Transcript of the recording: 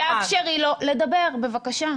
תאפשרי לו לדבר, בבקשה.